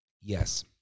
Yes